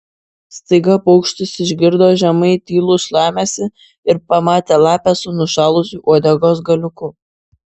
staiga paukštis išgirdo žemai tylų šlamesį ir pamatė lapę su nušalusiu uodegos galiuku